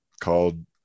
called